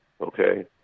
Okay